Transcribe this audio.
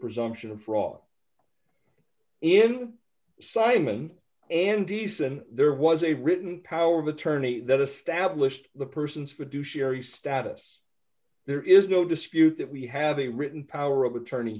presumption of fraud in simon and decent there was a written power of attorney that established the persons for due sherry status there is no dispute that we have a written power of attorney